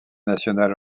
national